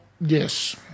Yes